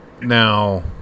now